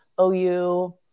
OU